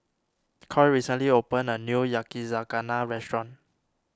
Coy recently opened a new Yakizakana restaurant